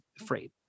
afraid